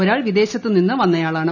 ഒരാൾ വിദേശത്ത് നിന്ന് വന്നയാളാണ്